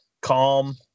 calm